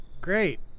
great